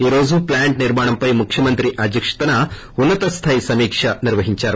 ఈ రోజు ప్లాంట్ నిర్మాణంపై ముఖ్యమంత్రి ముఖ్యమంత్రి అధ్యక్షతన ఉన్నతస్థాయి సమీక్ష నిర్యహించారు